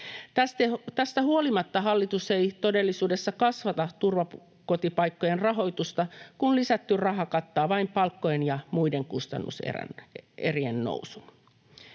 Tästä huolimatta hallitus ei todellisuudessa kasvata turvakotipaikkojen rahoitusta, kun lisätty raha kattaa vain palkkojen ja muiden kustannus-erien nousun.